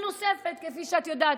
כפי שאת יודעת,